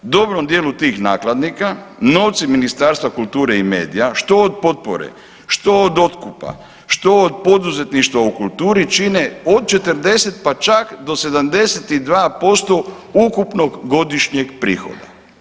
Dobrom dijelu tih nakladnika novci Ministarstva kulture i medija, što od potpore, što od otkupa, što od poduzetništva u kulturi čine od 40 pa čak do 72% ukupnog godišnjeg prihoda.